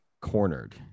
cornered